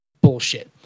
bullshit